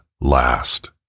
last